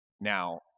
Now